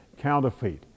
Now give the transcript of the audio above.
Counterfeit